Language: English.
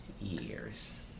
years